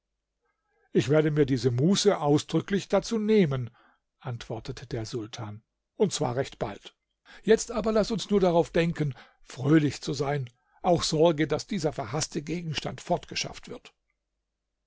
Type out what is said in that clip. ich werde mir diese muße ausdrücklich dazu nehmen antwortete der sultan und zwar recht bald jetzt aber laß uns nur darauf denken fröhlich zu sein auch sorge daß dieser verhaßte gegenstand fortgeschafft wird